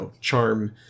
charm